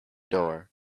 door